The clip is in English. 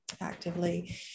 actively